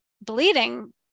bleeding